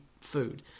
food